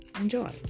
enjoy